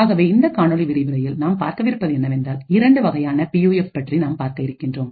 ஆகவே இந்த காணொளி விரிவுரையில் நாம் பார்க்கவிருப்பது என்னவென்றால் இரண்டு வகையான பியூஎஃப் பற்றி நாம் பார்க்க இருக்கின்றோம்